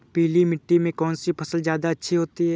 पीली मिट्टी में कौन सी फसल ज्यादा अच्छी होती है?